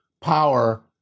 power